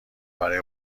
برای